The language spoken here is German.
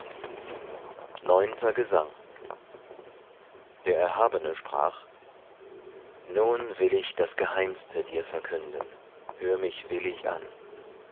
neunter gesang der erhabene sprach nun will ich das geheimste dir verkünden hör mich willig an